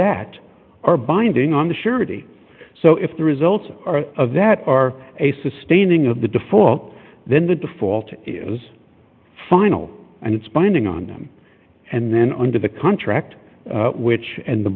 that are binding on the surety so if the results of that are a sustaining of the default then the default is final and it's binding on them and then under the contract which and the